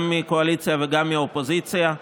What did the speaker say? גם מהקואליציה וגם מהאופוזיציה.